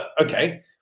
okay